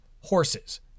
horses